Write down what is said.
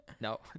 no